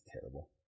terrible